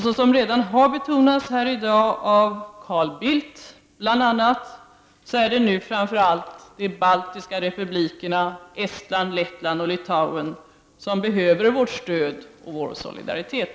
Såsom redan har betonats här i dag av bl.a. Carl Bildt är det nu framför alit de baltiska republikerna Estland, Lettland och Litauen som behöver vårt stöd och vår solidaritet.